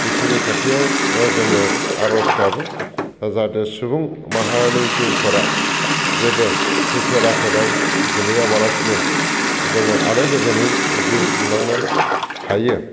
इसोरनि खाथियाव जोङो आरज गाबो जाहाथे सुबुं माहारिनि जिउफोरा जेबो खैफोद आफोदाव गोलैयाबालासिनो जोङो आलो गोजोनै जिउ खुंलांनो हायो